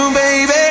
baby